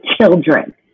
children